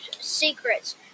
secrets